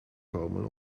komen